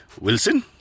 Wilson